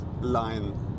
line